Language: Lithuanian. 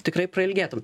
tikrai prailgėtų